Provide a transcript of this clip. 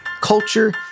culture